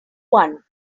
one